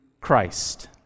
Christ